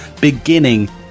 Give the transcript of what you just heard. beginning